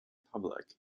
public